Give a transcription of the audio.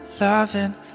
loving